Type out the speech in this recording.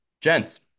gents